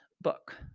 book